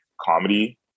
comedy